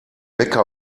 wecker